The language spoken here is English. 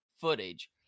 footage